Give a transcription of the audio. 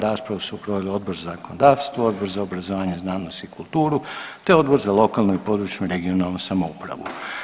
Raspravu su proveli Odbor za zakonodavstvo, Odbor za obrazovanje, znanost i kulturu, te Odbor za lokalnu i područnu (regionalnu) samoupravu.